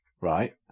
right